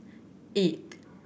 eight